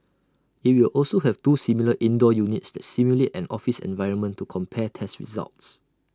IT will also have two similar indoor units that simulate an office environment to compare tests results